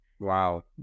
Wow